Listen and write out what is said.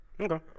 Okay